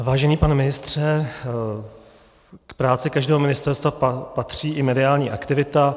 Vážený pane ministře, k práci každého ministerstva patří i mediální aktivita.